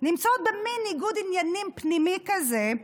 נמצאות במין ניגוד עניינים פנימי כזה,